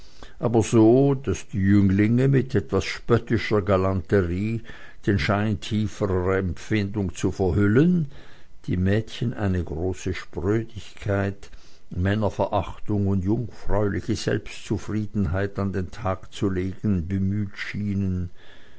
aber so daß die jünglinge mit etwas spöttischer galanterie den schein tieferer empfindung zu verhüllen die mädchen eine große sprödigkeit männerverachtung und jungfräuliche selbstzufriedenheit an den tag zu legen bemüht schienen